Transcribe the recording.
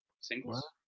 Singles